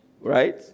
Right